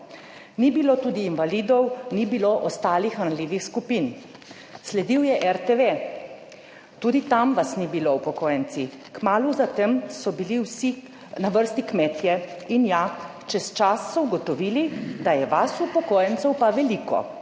Ni bilo tudi invalidov, ni bilo ostalih ranljivih skupin. Sledil je RTV, tudi tam vas ni bilo, upokojenci. Kmalu za tem so bili vsi na vrsti kmetje in ja, čez čas so ugotovili, da je vas upokojencev pa veliko